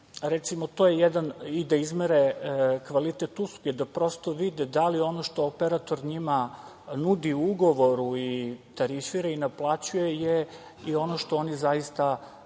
i odlaznog i da izmere kvalitet usluge, da prosto vide da li ono što operator njima nudi u ugovoru i terifira i naplaćuje je i ono što oni zaista